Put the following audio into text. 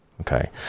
Okay